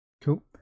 Cool